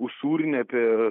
usūrinį apie